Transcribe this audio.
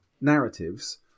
narratives